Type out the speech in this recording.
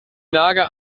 nager